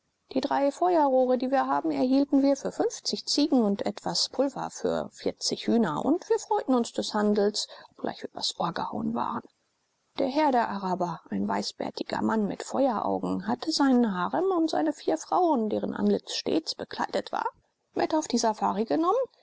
die drei feuerrohre die wir haben erhielten wir für fünfzig ziegen und etwas pulver für vierzig hühner und wir freuten uns des handels obgleich wir übers ohr gehauen waren der herr der araber ein weißbärtiger mann mit feueraugen hatte seinen harem und seine vier frauen deren antlitz stets bekleidet war mit auf die safari genommen